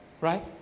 Right